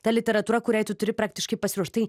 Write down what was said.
ta literatūra kuriai tu turi praktiškai pasiruošt tai